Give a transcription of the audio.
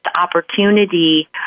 opportunity